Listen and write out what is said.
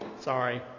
sorry